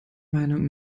meinung